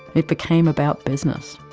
it became about business.